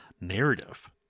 narrative